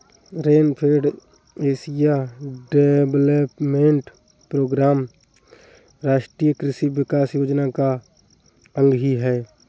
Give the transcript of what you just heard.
rainfed area development programme राष्ट्रीय कृषि विकास योजना का अंग ही है